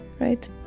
Right